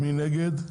מי נגד?